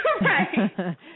right